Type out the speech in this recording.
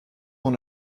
dans